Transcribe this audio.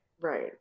Right